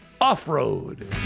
Off-Road